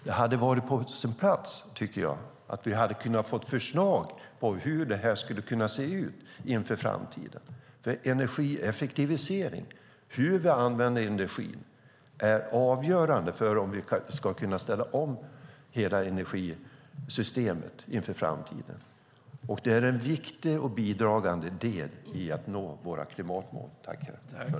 Det hade varit på sin plats att vi hade fått förslag på hur det skulle kunna se ut inför framtiden. Energieffektivisering och hur vi använder energi är nämligen avgörande för om vi ska kunna ställa om hela energisystemet inför framtiden. Det är en viktig och bidragande del i att nå våra klimatmål.